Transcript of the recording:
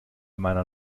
meiner